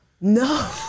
No